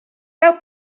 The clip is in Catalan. cal